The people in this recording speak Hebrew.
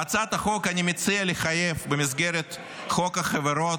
בהצעת החוק אני מציע לחייב, במסגרת חוק החברות,